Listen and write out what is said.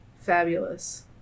fabulous